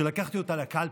כשלקחתי אותה לקלפי,